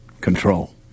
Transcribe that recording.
control